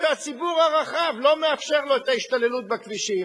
שהציבור הרחב לא מאפשר לו את ההשתוללות בכבישים.